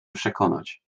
przekonać